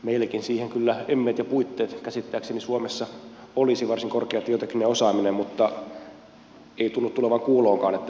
meilläkin siihen kyllä emmeet ja puitteet käsittääkseni suomessa olisi varsin korkea tietotekninen osaaminen mutta ei tunnu tulevan kuuloonkaan että meillä semmoiseen siirryttäisiin